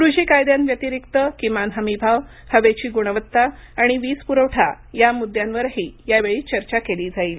कृषी कायद्यांव्यतिरिक्त किमान हमी भाव हवेची गुणवत्ता आणि वीजपुरवठा या मुद्यांवरही यावेळी चर्चा केली जाईल